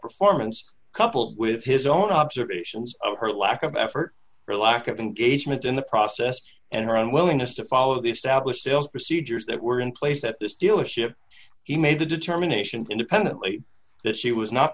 performance coupled with his own observations of her lack of effort or lack of engagement in the process and her unwillingness to follow the established sales procedures that were in place at this dealership he made the determination independently that she was not